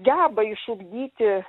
geba išugdyti